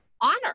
honor